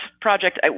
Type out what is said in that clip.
project